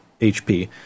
hp